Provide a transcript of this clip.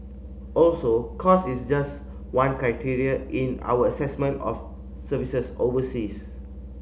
also cost is just one criteria in our assessment of services overseas